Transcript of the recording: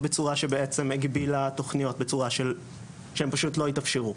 בצורה שבעצם הגבילה תוכניות בצורה שהן פשוט התאפשרו.